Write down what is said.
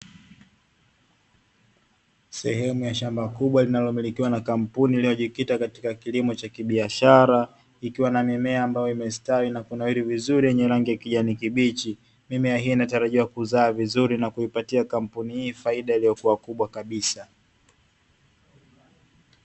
Sehemu ya shamba kubwa, linalomilikiwa na kampuni iliyojikita katika kilimo cha biashara, ikiwa na mimea ambayo imestawi na kunawiri vizuri yenye rangi ya kijani kibichi. Mimea hii inatarajiwa kuzaa vizuri na kuipatia kampuni hii faida iliyokuwa kubwa kabisa.